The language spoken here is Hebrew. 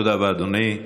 תודה רבה, אדוני.